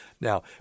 Now